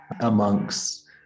amongst